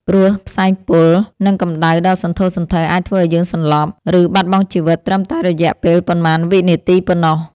ព្រោះផ្សែងពុល និងកម្ដៅដ៏សន្ធោសន្ធៅអាចធ្វើឱ្យយើងសន្លប់ ឬបាត់បង់ជីវិតត្រឹមតែរយៈពេលប៉ុន្មានវិនាទីប៉ុណ្ណោះ។